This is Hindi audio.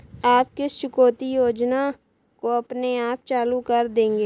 आप किस चुकौती योजना को अपने आप चालू कर देंगे?